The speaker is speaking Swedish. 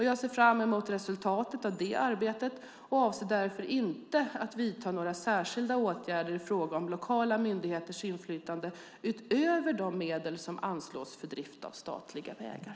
Jag ser fram emot resultatet av det arbetet och avser därför inte att vidta några särskilda åtgärder i fråga om lokala myndigheters inflytande över de medel som anslås för drift av statliga vägar.